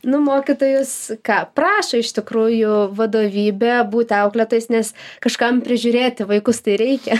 nu mokytojus ką prašo iš tikrųjų vadovybė būti auklėtojais nes kažkam prižiūrėti vaikus tai reikia